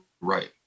right